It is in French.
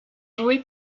joué